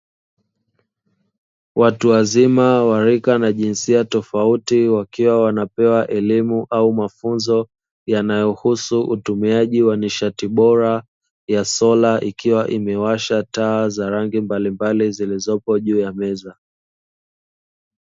Watu wazima wa rika na jinsia tofauti wakiwa wanapewa elimu au mafunzo, yanayohusu utumiaji wa nishati bora ya sola ikiwa, imewasha taa za rangi mbalimbali zilizopo juu ya meza.